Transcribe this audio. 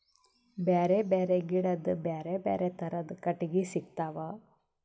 ಬ್ಯಾರೆ ಬ್ಯಾರೆ ಗಿಡದ್ ಬ್ಯಾರೆ ಬ್ಯಾರೆ ಥರದ್ ಕಟ್ಟಗಿ ಸಿಗ್ತವ್